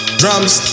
drums